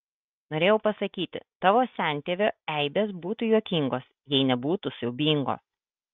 norėjau pasakyti tavo sentėvio eibės būtų juokingos jei nebūtų siaubingos